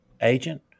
agent